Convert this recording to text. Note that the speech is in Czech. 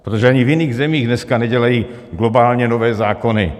Protože ani v jiných zemích dneska nedělají globálně nové zákony.